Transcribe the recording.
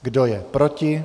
Kdo je proti?